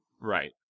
Right